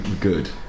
good